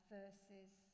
verses